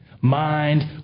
mind